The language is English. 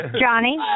Johnny